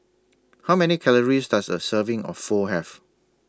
How Many Calories Does A Serving of Pho Have